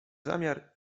zamiar